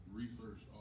research